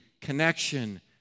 Connection